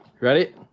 Ready